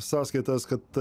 sąskaitas kad